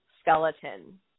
skeleton